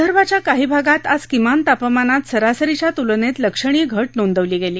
विदर्भाच्या काही भागात आज किमान तापमानात सरासरीच्या तुलनेत लक्षणीय घट नोंदवली गेली